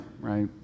right